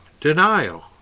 denial